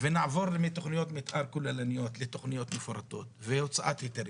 ונעבור מתכניות מתאר כוללניות לתכניות מפורטות והוצאת היתרים,